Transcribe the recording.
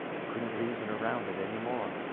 i couldn't reason around it anymore.